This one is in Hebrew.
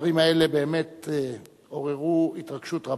הדברים באמת עוררו התרגשות רבה,